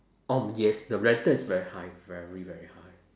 oh yes the rental is very high very very high